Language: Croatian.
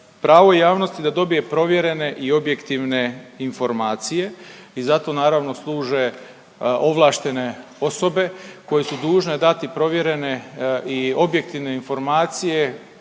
pravo javnosti da dobije provjerene i objektivne informacije i za to naravno služe ovlaštene osobe koje su dužne dati provjerene i objektivne informacije